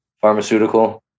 Pharmaceutical